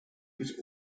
was